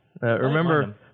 Remember